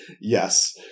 yes